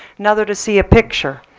another to see a picture,